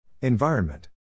Environment